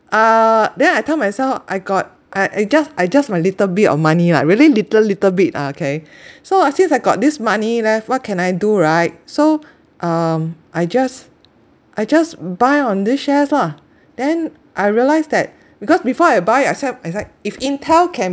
uh then I tell myself I got I I just I just my little bit of money lah really little little bit ah okay so uh since I got this money left what can I do right so um I just I just buy on this shares lah then I realised that because before I buy I said it's like if intel can